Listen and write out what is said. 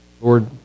Lord